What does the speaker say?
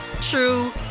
true